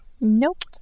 Nope